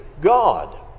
God